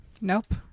nope